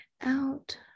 out